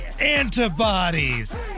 antibodies